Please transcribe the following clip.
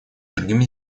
другими